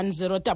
zero